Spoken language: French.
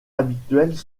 habituels